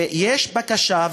יש בקשה,